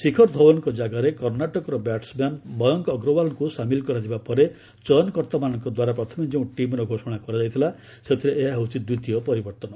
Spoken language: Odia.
ଶିଖର ଧଓ୍ୱନଙ୍କ ଜାଗାରେ କର୍ଷ୍ଣାଟକର ବ୍ୟାଟସ୍ମ୍ୟାନ୍ ମୟଙ୍କ ଅଗ୍ରୱାଲ୍ଙ୍କୁ ସାମିଲ କରାଯିବା ପରେ ଚୟନକର୍ତ୍ତାମାନଙ୍କ ଦ୍ୱାରା ପ୍ରଥମେ ଯେଉଁ ଟିମ୍ର ଘୋଷଣା କରାଯାଇଥିଲା ସେଥିରେ ଏହା ହେଉଛି ଦ୍ୱିତୀୟ ପରିବର୍ତ୍ତନ